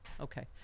Okay